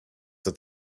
that